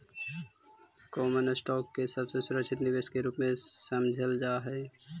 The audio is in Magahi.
कॉमन स्टॉक के सबसे सुरक्षित निवेश के रूप में समझल जा हई